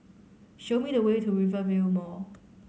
show me the way to Rivervale Mall